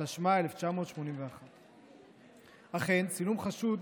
התשמ"א 1981. אכן, צילום חשוד